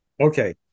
Okay